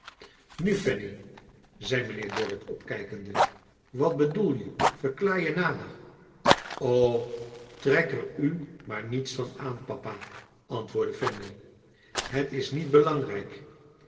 nu fanny zei mynheer dorrit opkijkende wat bedoel je ver klaar je nader trek er u maar niets van aan papa antwoordde fanny liet is niet belangrijk